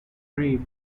grieve